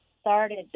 started